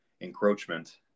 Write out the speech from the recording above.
encroachment